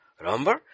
Remember